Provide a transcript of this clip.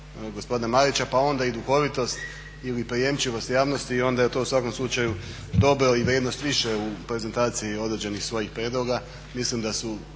gospodina Marića pa onda i duhovitost ili prijemčivost javnosti i onda je to u svakom slučaju dobro i vrijednost više u prezentaciji određenih svojih prijedloga.